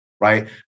right